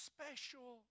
Special